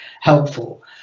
helpful